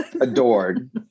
adored